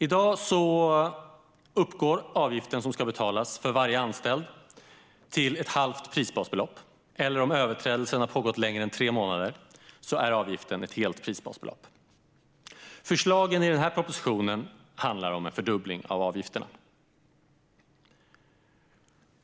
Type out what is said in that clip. I dag uppgår den avgift som ska betalas för varje anställd till ett halvt prisbasbelopp. Om överträdelsen har pågått längre än tre månader är avgiften ett helt prisbasbelopp. Förslagen i propositionen handlar om en fördubbling av avgifterna.